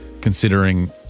considering